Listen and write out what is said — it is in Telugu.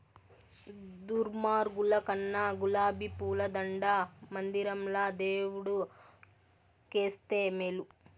దుర్మార్గుల కన్నా గులాబీ పూల దండ మందిరంల దేవుడు కేస్తే మేలు